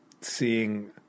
seeing